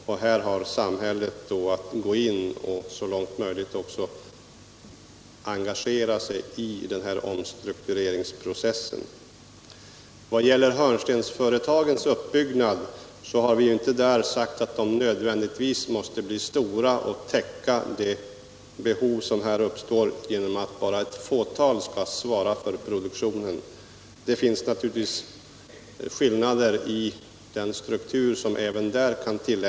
Och där har samhället då att gå in och så långt möjligt också engagera sig i omstruktureringsprocessen. Vad slutligen gäller hörnstensföretagens uppbyggnad har vi inte sagt att de företagen nödvändigtvis måste vara så stora att bara ett fåtal svarar för produktionen och täcker det behov som uppstår. Där kan givetvis tänkas olika strukturer på företagen.